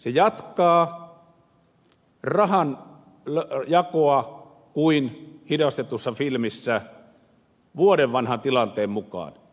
se jatkaa rahan jakoa kuin hidastetussa filmissä vuoden vanhan tilanteen mukaan